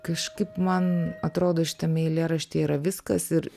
kažkaip man atrodo šitame eilėraštyje yra viskas ir